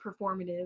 performative